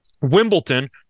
Wimbledon